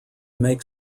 make